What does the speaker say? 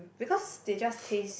because they just taste